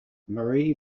marie